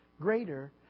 greater